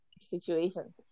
situation